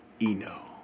Eno